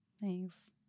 Thanks